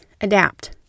Adapt